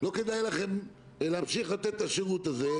לא כדאי לכם להמשיך לתת את השרות הזה,